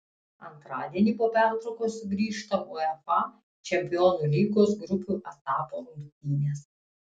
antradienį po pertraukos sugrįžta uefa čempionų lygos grupių etapo rungtynės